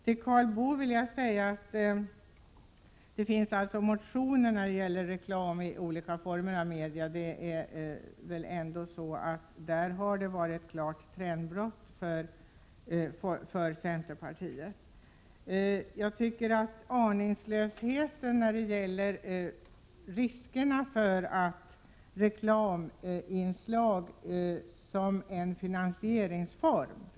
Till Karl Boo vill jag säga: Det finns motioner om reklam i olika former av media. Där har det varit ett klart trendbrott för centerpartiet. Jag tycker att aningslösheten är stor när det gäller riskerna för reklaminslag just som finansieringsform.